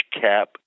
cap